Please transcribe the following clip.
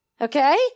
Okay